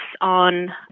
on